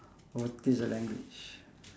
or teach the language